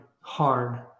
hard